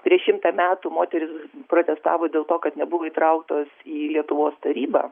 prieš šimtą metų moterys protestavo dėl to kad nebuvo įtrauktos į lietuvos tarybą